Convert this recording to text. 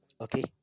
Okay